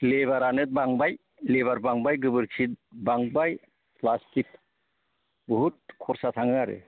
लेबारानो बांबाय लेबार बांबाय गोबोरखि बांबाय फ्लास्थिख बहुथ खरसा थाङो आरो